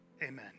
Amen